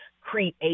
create